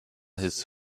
his